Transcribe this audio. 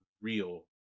Real